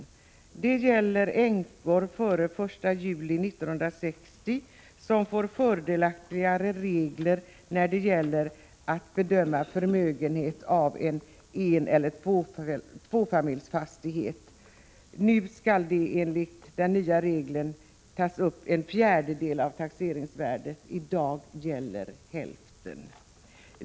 För dem som blev änkor före den 1 juli 1960 blir reglerna fördelaktigare när det gäller att beräkna värdet av eneller tvåfamiljsfastighet som förmögenhet. Enligt de nya reglerna skall en fjärdedel av taxeringsvärdet tas upp i stället för hälften.